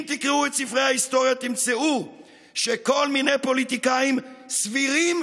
אם תקראו את ספרי ההיסטוריה תמצאו שכל מיני פוליטיקאים סבירים,